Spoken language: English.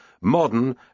modern